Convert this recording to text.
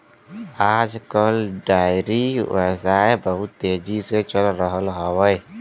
आज कल डेयरी व्यवसाय बहुत तेजी से चल रहल हौवे